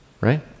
right